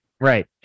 right